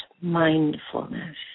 mindfulness